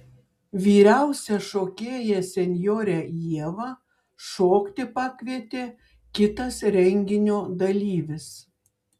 vyriausią šokėją senjorę ievą šokti pakvietė kitas renginio dalyvis